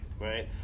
right